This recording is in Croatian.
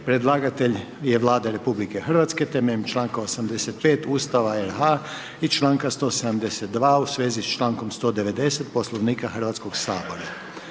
Predlagatelj je Vlada Republike Hrvatske temeljem članka 85. Ustava RH i članka 172. u svezi s člankom 190. Poslovnika Hrvatskog sabora.